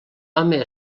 home